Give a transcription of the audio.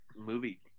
movie